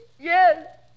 Yes